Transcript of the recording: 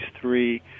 three